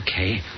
Okay